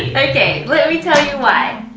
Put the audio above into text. let me tell you why!